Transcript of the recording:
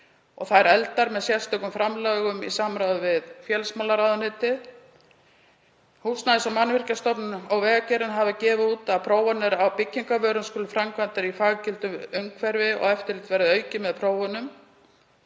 verða efldar með sérstökum framlögum í samráði við félagsmálaráðuneytið. Húsnæðis- og mannvirkjastofnun og Vegagerðin hafa gefið út að prófanir á byggingarvörum skuli framkvæmdar af faggiltu umhverfi og að eftirlit verði aukið með prófunum.